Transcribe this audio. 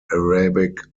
arabic